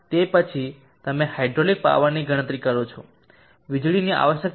તે પછી તમે હાઇડ્રોલિક પાવરની ગણતરી કરો છો વીજળીની આવશ્યકતા શું છે